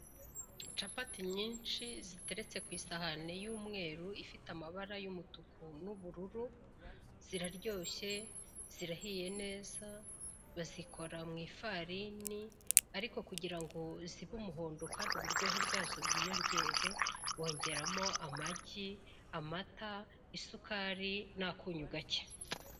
Capati nyinshi ziteretse ku isahane y'umweru ifite amabara y'umutuku n'ubururu, ziraryoshye, zirahiye neza, bazikora mu ifarini ariko kugirango zibe umuhondo kandi uburyohe bwazo bwiyongere, bongeramo amagi, amata, isukari ndetse nakunyu gake.